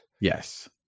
yes